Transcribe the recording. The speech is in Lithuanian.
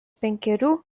penkerių